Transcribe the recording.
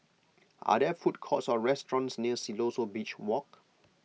are there food courts or restaurants near Siloso Beach Walk